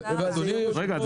אדוני היושב-ראש,